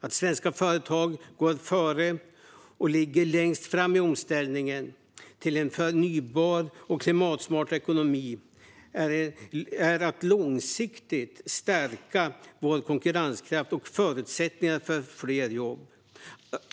Att svenska företag går före och ligger längst fram i omställningen till en förnybar och klimatsmart ekonomi är att långsiktigt stärka vår konkurrenskraft och förutsättningarna för fler jobb.